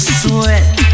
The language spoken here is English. sweat